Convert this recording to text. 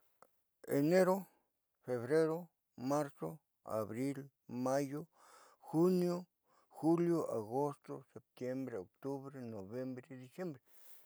Enero, febrero, marzo, abril, mayo, junio, julio, agosto, septiembre. Octubre, noviembre y diciembre.